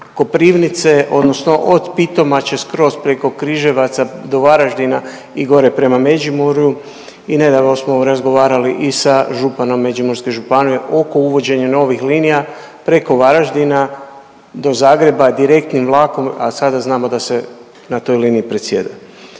Koprivnice, odnosno od Pitomače skroz preko Križevaca do Varaždina i gore prema Međimurju. I nedavno smo razgovarali i sa županom Međimurske županije oko uvođenja novih linija preko Varaždina do Zagreba direktnim vlakom a sada znamo da se na toj liniji presjeda.